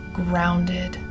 grounded